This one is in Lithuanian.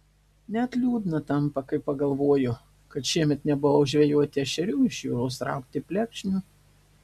net liūdna tampa kai pagalvoju kad šiemet nebuvau žvejoti ešerių iš jūros traukti plekšnių